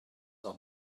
are